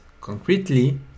concretely